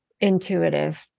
Intuitive